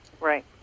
Right